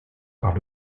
par